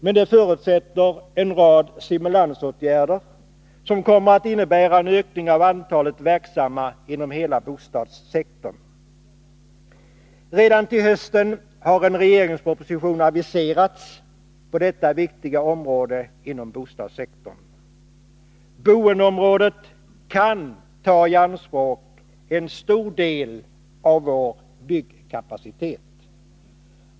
Men det förutsätter en rad stimulansåtgärder, som kommer att innebära en ökning av antalet verksamma inom hela bostadssektorn. Redan till hösten har en regeringsproposition aviserats på detta viktiga område inom bostadssektorn. Boendeområdet kan ta i anspråk en stor del av vår byggkapacitet.